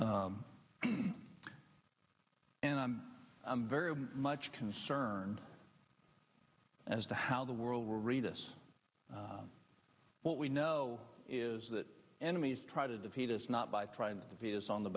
and i'm i'm very much concerned as to how the world will read us what we know is that enemies try to defeat us not by trying to be is on the